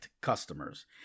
customers